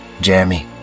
Jeremy